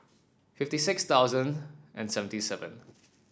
fifty six thousand and seventy seven